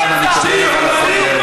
אתה שותף לטרור, אתה שותף לרצח.